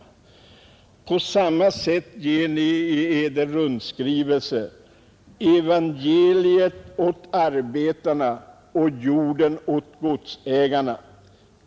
På samma sätt ger ni i eder rundskrivelse evangeliet åt arbetarna och jorden åt godsägarna.